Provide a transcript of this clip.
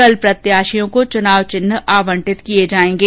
कल प्रत्याशियों को चुनाव चिन्ह आवंटित किये जायेंगे